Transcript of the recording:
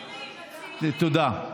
תודה.